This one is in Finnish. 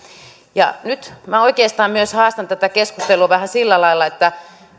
nyt minä oikeastaan myös haastan tätä keskustelua vähän sillä lailla että